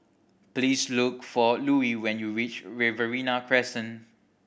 please look for Louie when you reach Riverina Crescent